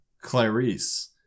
Clarice